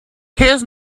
his